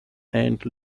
and